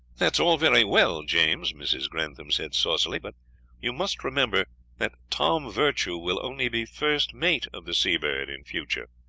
that's all very well, james, mrs. grantham said saucily but you must remember that tom virtue will only be first mate of the seabird in future.